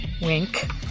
Wink